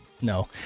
No